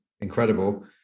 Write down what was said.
incredible